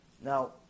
Now